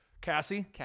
Cassie